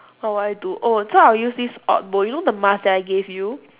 what would I do oh so I'll use this odd bowl you know the mask that I gave you